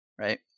right